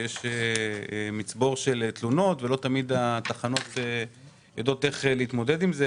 שיש מצבור של תלונות על כך שלא תמיד התחנות יודעות איך להתמודד עם זה,